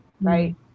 Right